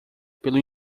pelo